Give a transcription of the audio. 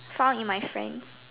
found in my friend